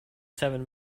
seven